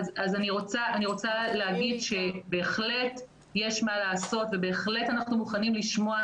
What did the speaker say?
אני רוצה לומר שבהחלט יש מה לעשות ובהחלט אנחנו מוכנים לשמוע.